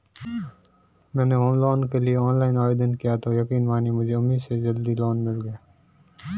मैंने home loan लेने के लिए ऑनलाइन आवेदन किया तो यकीन मानिए मुझे उम्मीद से जल्दी लोन मिल गया